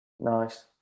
Nice